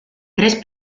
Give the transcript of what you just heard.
tres